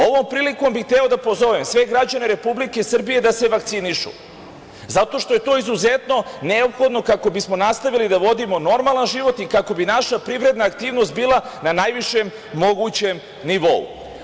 Ovom prilikom bih hteo da pozovem sve građane Republike Srbije da se vakcinišu, zato što je to izuzetno neophodno kako bismo nastavili da vodimo normalan život i kako bi naša privredna aktivnost bila na najvišem mogućem nivou.